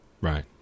Right